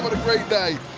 but a great night.